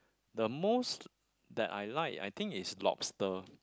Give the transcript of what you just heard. the most that I like I think is lobster